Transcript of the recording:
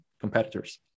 competitors